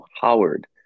Howard